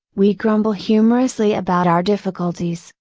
we grumble humorously about our difficulties,